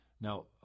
Now